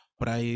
para